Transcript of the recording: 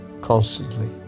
constantly